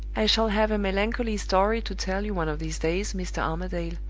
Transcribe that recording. i shall have a melancholy story to tell you one of these days, mr. armadale,